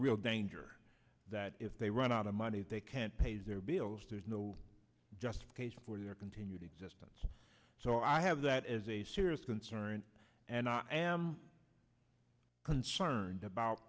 real danger that if they run out of money they can't pay their bills there's no justification for their continued existence so i have that as a serious concern and i am concerned about